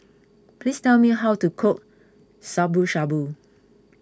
please tell me how to cook Shabu Shabu